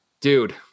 dude